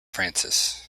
francis